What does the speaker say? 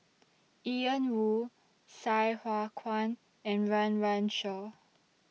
Ian Woo Sai Hua Kuan and Run Run Shaw